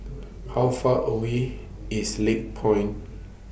How Far away IS Lakepoint